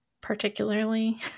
particularly